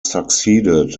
succeeded